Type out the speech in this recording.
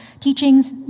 teachings